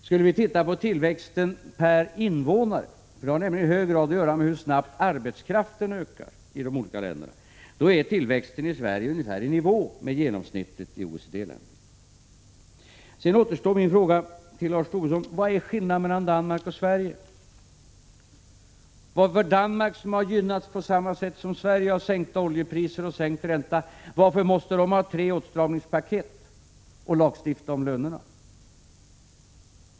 Skulle vi titta på tillväxten per invånare — den har nämligen i hög grad att göra med hur snabbt arbetskraften ökar i de olika länderna — ser vi att tillväxten i Sverige är i nivå med genomsnittet i OECD-länderna. Sedan återstår min fråga till Lars Tobisson: Vad är skillnaden mellan Danmark och Sverige? Varför måste Danmark, som har gynnats på samma sätt som Sverige av sänkta oljepriser och sänkta räntor, ha tre åtstramningspaket och lagstifta om lönerna?